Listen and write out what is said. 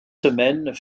semaines